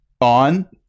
on